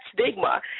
stigma